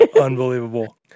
Unbelievable